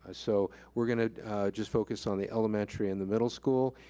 so we're gonna just focus on the elementary and the middle school.